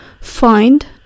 find